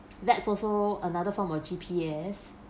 that's also another form of G_P_S